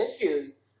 issues